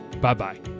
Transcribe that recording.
Bye-bye